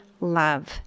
love